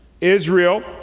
israel